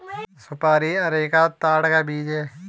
सुपारी अरेका ताड़ का बीज है